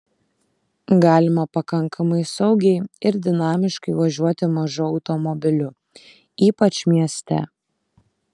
galima pakankamai saugiai ir dinamiškai važiuoti mažu automobiliu ypač mieste